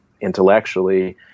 intellectually